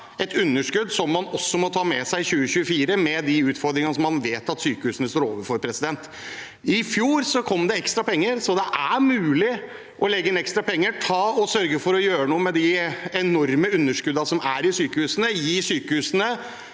et underskudd som man også må ta med seg i 2024 med de utfordringene som man vet at sykehusene står overfor. I fjor kom det ekstra penger, så det er mulig å legge inn ekstra penger, sørge for å gjøre noe med de enorme underskuddene som er i sykehusene, gi sykehusene